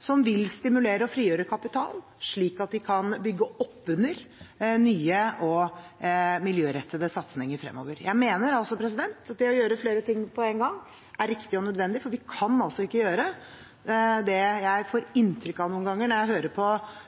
som vil stimulere og frigjøre kapital slik at de kan bygge opp under nye og miljørettede satsinger fremover. Jeg mener altså at det å gjøre flere ting på en gang er riktig og nødvendig. For vi kan ikke gjøre det jeg får inntrykk av noen ganger når jeg hører på